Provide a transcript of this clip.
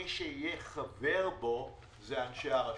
שמי שיהיה חבר בו זה אנשי הרשות.